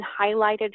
highlighted